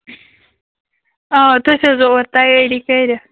آ تُہۍ تھٲوزیٚو اورٕ تَیٲری کٔرِتھ